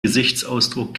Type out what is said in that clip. gesichtsausdruck